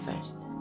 first